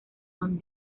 son